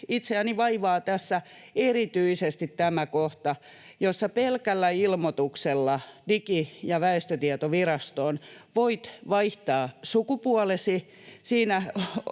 Itseäni vaivaa tässä erityisesti tämä kohta, jossa pelkällä ilmoituksella Digi- ja väestötietovirastoon voit vaihtaa sukupuolesi